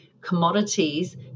commodities